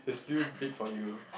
it feel big for you